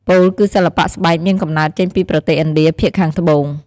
ពោលគឺសិល្បៈស្បែកមានកំណើតចេញពីប្រទេសឥណ្ឌាភាគខាងត្បូង ។